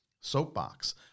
Soapbox